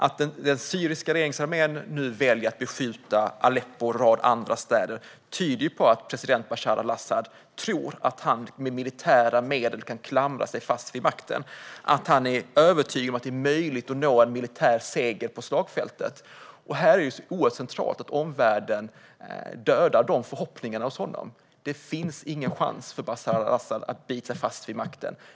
Att den syriska regeringsarmén nu väljer att beskjuta Aleppo och en rad andra städer tyder på att president Bashar al-Asad tror att han med militära medel kan klamra sig fast vid makten och är övertygad om att det är möjligt att nå en militär seger på slagfältet. Det är oerhört centralt att omvärlden dödar de förhoppningarna hos honom. Det finns ingen chans för Bashar al-Asad att bita sig fast vid makten.